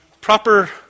proper